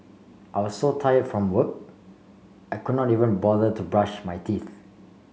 I was so tired from work I could not even bother to brush my teeth